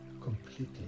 completely